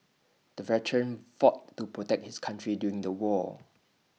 the veteran fought to protect his country during the war